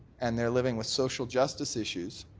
and they're living with social justice issues,